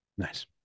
Nice